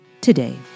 today